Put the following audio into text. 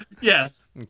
Yes